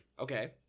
Okay